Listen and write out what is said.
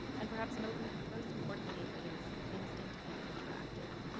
and perhaps most and most importantly, it is instant and interactive.